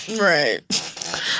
Right